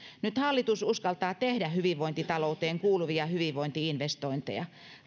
nyt hallitus uskaltaa tehdä hyvinvointitalouteen kuuluvia hyvinvointi investointeja